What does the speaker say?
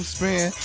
Spin